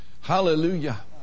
Hallelujah